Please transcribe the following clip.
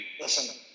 Listen